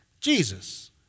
Jesus